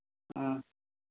हाँ